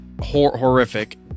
horrific